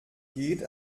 geht